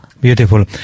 Beautiful